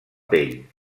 pell